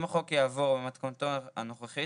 אם החוק יעבור במתכונתו הנוכחית,